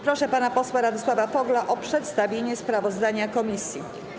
Proszę pana posła Radosława Fogla o przedstawienie sprawozdania komisji.